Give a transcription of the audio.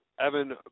Evan